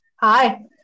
hi